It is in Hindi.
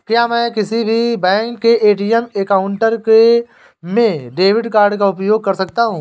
क्या मैं किसी भी बैंक के ए.टी.एम काउंटर में डेबिट कार्ड का उपयोग कर सकता हूं?